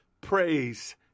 Praise